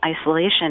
isolation